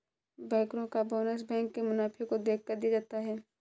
बैंकरो का bonus bank के मुनाफे को देखकर दिया जाता है